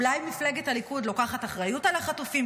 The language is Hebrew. אולי מפלגת הליכוד לוקחת אחריות על החטופים?